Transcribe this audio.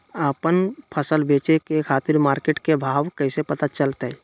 आपन फसल बेचे के खातिर मार्केट के भाव कैसे पता चलतय?